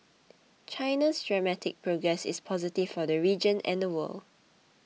China's dramatic progress is positive for the region and the world